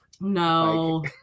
No